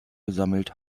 gesammelt